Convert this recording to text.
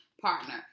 partner